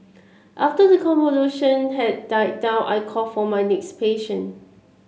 after the commotion had died down I called for my next patient